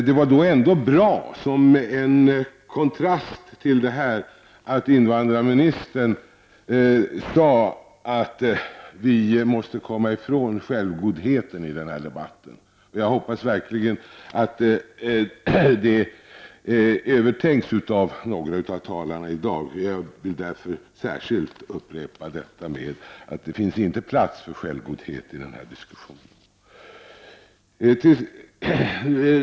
Det var då bra, som en kontrast till detta, att invandrarministern sade att vi måste komma ifrån självgodheten i den här debatten. Jag hoppas verkligen att det övertänks av några av talarna i dag. Jag vill därför särskilt upprepa detta, att det inte finns plats för självgodhet i den här diskussionen.